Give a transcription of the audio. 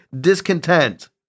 discontent